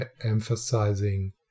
emphasizing